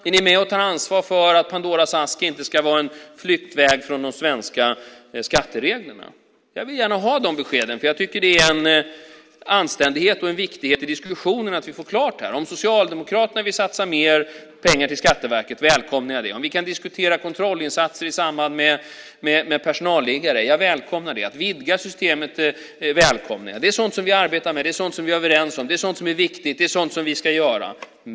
Är ni med och tar ansvar för att Pandoras ask inte ska vara en flyktväg från de svenska skattereglerna? Jag vill gärna ha de beskeden för jag tycker att det är en anständighet och en viktighet i diskussionen att vi får klart för oss vad som gäller. Om Socialdemokraterna vill satsa mer pengar till Skatteverket välkomnar jag det. Om vi kan diskutera kontrollinsatser i samband med personalliggare välkomnar jag det. Att vidga systemet välkomnar jag. Det är sådant vi arbetar med; det är sådant vi är överens om; det är sådant som är viktigt; det är sådant som vi ska göra.